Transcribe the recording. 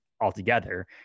altogether